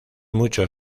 mucho